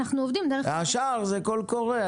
השער זה קול קורא,